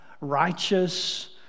righteous